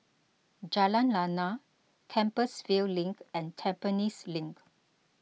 Jalan Lana Compassvale Link and Tampines Link